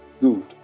Good